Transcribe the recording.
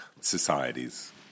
societies